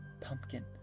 pumpkin